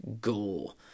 goal